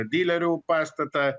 dylerių pastatą